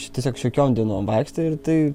čia tiesiog šiokiom dienom vaikštai ir tai